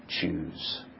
choose